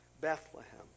Bethlehem